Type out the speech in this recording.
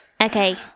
Okay